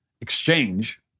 exchange